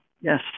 yes